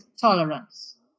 tolerance